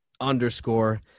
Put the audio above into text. underscore